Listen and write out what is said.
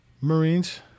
Marines